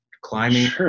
climbing